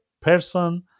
person